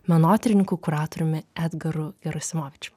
menotyrininku kuratoriumi edgarugerasimovičium